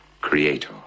creator